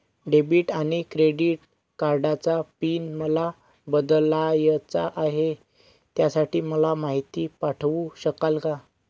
Debit आणि credit कार्डचा pin मला बदलायचा आहे, त्यासाठी मला माहिती पाठवू शकाल का?